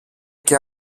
και